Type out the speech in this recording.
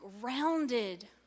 grounded